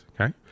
Okay